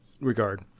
regard